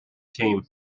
team